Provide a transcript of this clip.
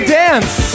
dance